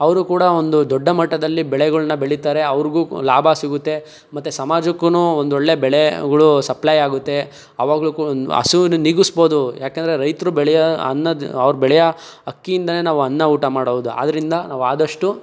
ಅವರು ಕೂಡ ಒಂದು ದೊಡ್ಡ ಮಟ್ಟದಲ್ಲಿ ಬೆಳೆಗಳನ್ನ ಬೆಳೀತಾರೆ ಅವ್ರಿಗೂ ಲಾಭ ಸಿಗುತ್ತೆ ಮತ್ತು ಸಮಾಜಕ್ಕೂ ಒಂದೊಳ್ಳೆ ಬೆಳೆಗಳು ಸಪ್ಲೈ ಆಗುತ್ತೆ ಅವಾಗಲು ಕೂ ಹಸಿವನ್ನು ನೀಗಿಸ್ಬೌದು ಯಾಕೆಂದ್ರೆ ರೈತರು ಬೆಳೆಯೋ ಅನ್ನದ ಅವ್ರು ಬೆಳೆಯೋ ಅಕ್ಕಿಯಿಂದಲೇ ನಾವು ಅನ್ನ ಊಟ ಮಾಡುವುದು ಆದ್ರಿಂದ ನಾವಾದಷ್ಟು